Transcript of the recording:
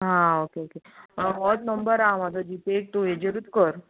हा okay okay होच number आसा म्हाजो जीपे तूं हेजेरूत कर